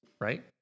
right